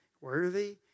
worthy